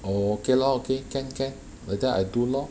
oh okay lor okay can can like that I do lor